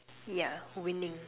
yeah winning